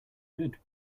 good